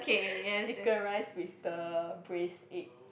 chicken rice with the braised egg